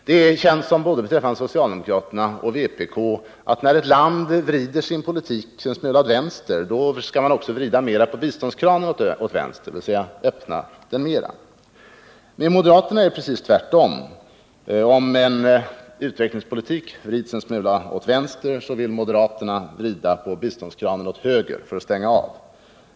Det är känt beträffande både socialdemokrater och vpk att när ett land vrider sin politik en smula åt vänster, vill de att vi också skall vrida på biståndskranen mera åt vänster, dvs. öppna den mer. Med moderaterna är det precis tvärtom. Om en utvecklingspolitik vrids en smula åt vänster, vill moderaterna vrida på biståndskranen åt höger, för att stänga av.